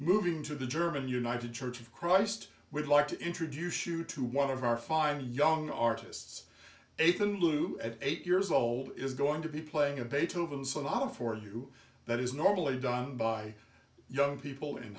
moving to the german united church of christ we'd like to introduce you to one of our fine young artists if the loop at eight years old is going to be playing a beethoven sonata for you that is normally done by young people in